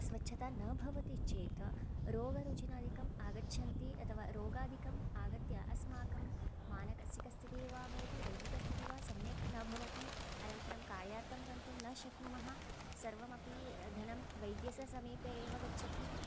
स्वच्छता न भवति चेत् रोगरुजिनादिकम् आगच्छन्ति अथवा रोगादिकम् आगत्य अस्माकं मानसिकस्थितिः वा भवतु दैहिकस्थितिः वा सम्यक् न भवति अनन्तरं कार्यार्थं गन्तुं न शक्नुमः सर्वमपि धनं वैद्यस्य समीपे एव गच्छति